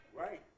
Right